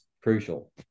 crucial